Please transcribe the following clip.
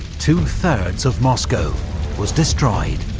two-thirds of moscow was destroyed.